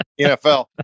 nfl